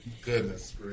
Goodness